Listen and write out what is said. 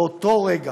ברגע